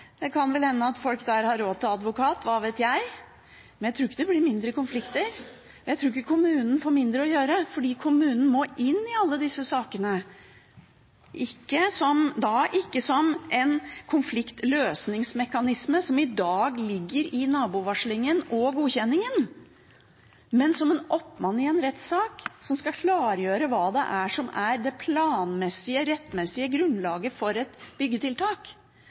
Det kan vel hende at folk der har råd til advokat – hva vet jeg – men jeg tror ikke det blir mindre konflikter. Jeg tror ikke kommunen får mindre å gjøre, for kommunen må inn i alle disse sakene – ikke som en konfliktsløsingsmekanisme, som i dag ligger i nabovarslingen og godkjenningen, men som en oppmann i en rettssak, som skal klargjøre hva som er det planmessige, rettmessige, grunnlaget for et byggetiltak.